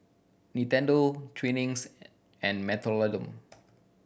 Nintendo Twinings and Mentholatum